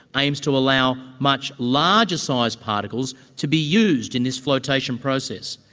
aims to allow much larger sized particles to be used in this flotation process.